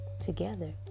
together